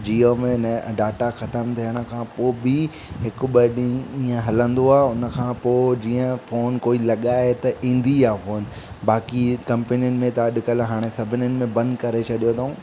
जीओ में न डाटा ख़तमु थियण खां पोइ बि हिकु ॿ ॾींहुं ईअं हलंदो आहे उन खां पोइ जीअं फोन कोई लॻाए त ईंदी आहे फोन बाक़ी कंपनियुनि में त अॼुकल्ह हाणे सभनीनि में बंदि करे छ्ॾियो तऊं